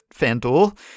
FanDuel